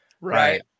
Right